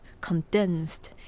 condensed